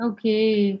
Okay